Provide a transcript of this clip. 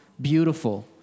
beautiful